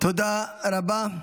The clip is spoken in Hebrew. תודה רבה.